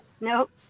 Nope